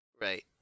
Right